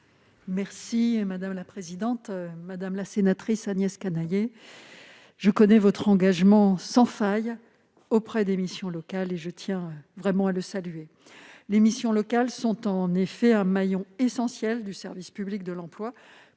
Mme la ministre déléguée. Madame la sénatrice Agnès Canayer, je connais votre engagement sans faille auprès des missions locales et je tiens à le saluer. Les missions locales sont un maillon essentiel du service public de l'emploi